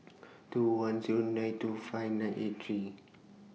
two one Zero nine two five nine eight three